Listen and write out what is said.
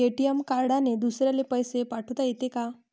ATM कार्डने दुसऱ्याले पैसे पाठोता येते का?